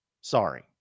Sorry